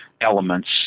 elements